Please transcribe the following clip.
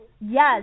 yes